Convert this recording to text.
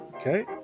Okay